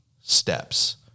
steps